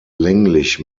länglich